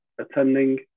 attending